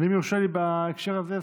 ואם יורשה לי בהקשר הזה,